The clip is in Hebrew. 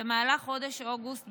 במהלך חודש אוגוסט,